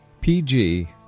PG